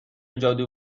جادو